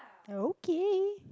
okay